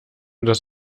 das